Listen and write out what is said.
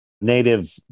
native